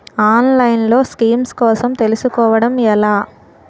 ఆన్లైన్లో స్కీమ్స్ కోసం తెలుసుకోవడం ఎలా?